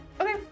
Okay